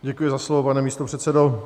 Děkuji za slovo, pane místopředsedo.